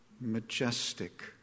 majestic